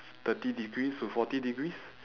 thirty degrees to forty degrees